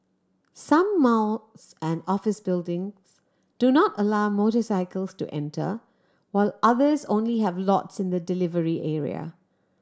some malls and office buildings do not allow motorcycles to enter while others only have lots in the delivery area